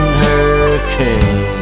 hurricane